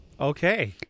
Okay